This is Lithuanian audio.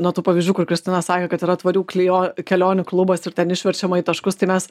nuo tų pavyzdžių kur kristina sakė kad yra tvarių klejo kelionių klubas ir ten išverčiama į taškus tai mes